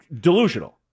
delusional